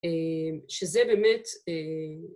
אהה..שזה באמת אהה...